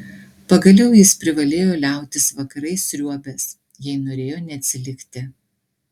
pagaliau jis privalėjo liautis vakarais sriuobęs jei norėjo neatsilikti